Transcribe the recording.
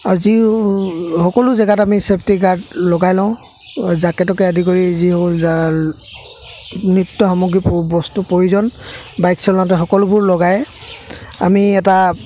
আৰু যি সকলো জেগাত আমি ছেফটি গাৰ্ড লগাই লওঁ জাকেটোকে আদি কৰি যি হ'ল নিত্য সামগ্ৰী বস্তু প্ৰয়োজন বাইক চলাওঁতে সকলোবোৰ লগাই আমি এটা